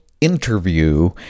interview